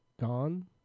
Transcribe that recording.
gone